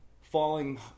falling